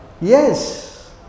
Yes